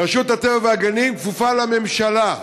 רשות הטבע והגנים כפופה לממשלה.